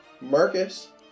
Marcus